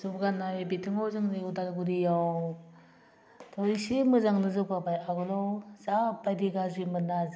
जौगानाय बिथिङाव जोंनि उदालगुरियावथ' एसे मोजांनो जौगाबाय आगोलाव जाबायदि गाज्रिमोनना